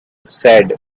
said